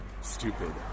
stupid